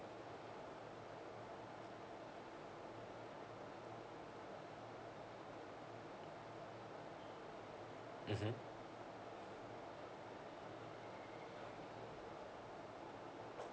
mmhmm